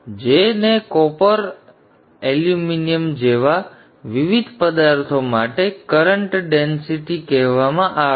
જે ને copper aluminium જેવા વિવિધ પદાર્થો માટે કરન્ટ ડેન્સિટી કહેવામાં આવે છે